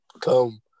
come